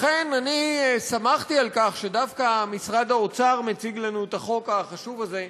לכן אני שמחתי על כך שדווקא משרד האוצר מציג לנו את החוק החשוב הזה.